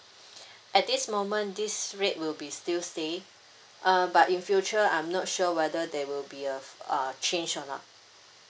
at this moment this rate will be still stay uh but in future I'm not sure whether there will be uh ah change or not